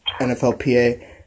NFLPA